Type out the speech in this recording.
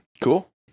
Cool